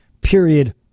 Period